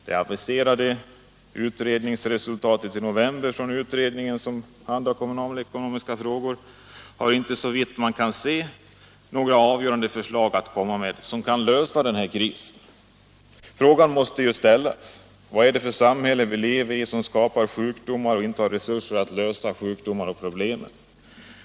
Det aviserade utredningsresultatet i november från utredningen om de kommunalekonomiska frågorna in nehåller inte såvitt man kan se några avgörande förslag för att lösa denna kris. Frågan måste ställas: Vad är det för samhälle vi lever i som skapar sjukdomar men inte har resurser att avhjälpa dessa sjukdomar?